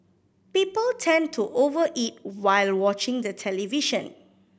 people tend to over eat while watching the television